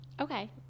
Okay